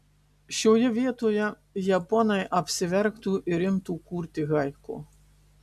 šioje vietoje japonai apsiverktų ir imtų kurti haiku